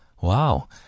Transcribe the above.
Wow